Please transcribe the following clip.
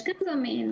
יש כאן "זמין".